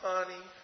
Honey